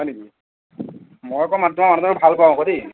হয় নেকি মই আকৌ মা তোমাৰ মানুহজন ভাল পাওঁ আকৌ দেই